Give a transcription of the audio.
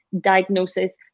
diagnosis